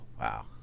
Wow